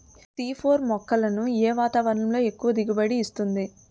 C four మొక్కలను ఏ వాతావరణంలో ఎక్కువ దిగుబడి ఇస్తుంది?